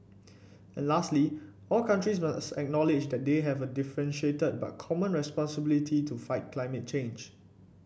and lastly all countries must acknowledge that they have a differentiated but common responsibility to fight climate change